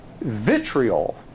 vitriol